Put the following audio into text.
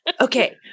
Okay